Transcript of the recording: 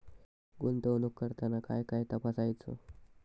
गुंतवणूक करताना काय काय तपासायच?